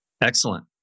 Excellent